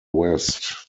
west